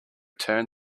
turned